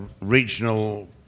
regional